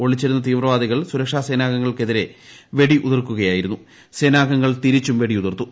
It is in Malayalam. ഒളിച്ചിരുന്ന തീവ്രവാദികൾ സുരക്ഷാസേനാംഗങ്ങൾ നേരെ വെടി ഉതിർക്കുകയായിരുന്നു സേനാംഗങ്ങൾ തിരിച്ചും വെടി ഉതിർത്തു